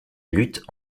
lutte